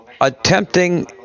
attempting